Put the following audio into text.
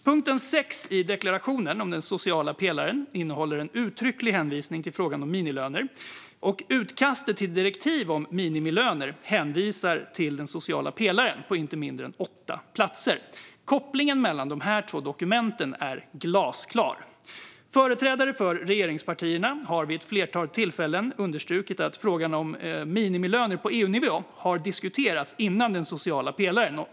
Punkt 6 i deklarationen om den sociala pelaren innehåller en uttrycklig hänvisning till frågan om minimilöner, och utkastet till direktiv om minimilöner hänvisar till den sociala pelaren på inte mindre än åtta ställen. Kopplingen mellan de här två dokumenten är glasklar. Företrädare för regeringspartierna har vid ett flertal tillfällen understrukit att frågan om minimilöner har diskuterats på EU-nivå innan den sociala pelaren antogs.